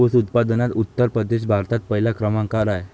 ऊस उत्पादनात उत्तर प्रदेश भारतात पहिल्या क्रमांकावर आहे